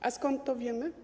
A skąd to wiemy?